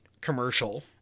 commercial